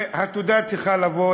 והתודה צריכה לבוא,